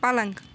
پلنٛگ